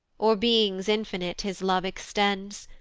o'er beings infinite his love extends,